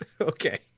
Okay